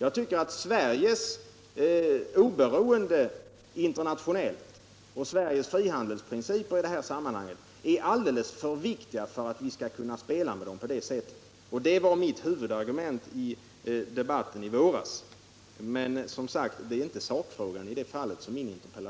Jag tycker att Sveriges oberoende internationellt och Sveriges frihandelsprinciper i det här sammanhanget är alldeles för viktiga för att man skall spela med dem på detta sätt. Det var också mitt huvudargument i debatten i våras. Men min interpellation gäller som sagt inte det som var sakfrågan den